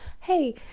Hey